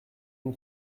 non